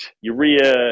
urea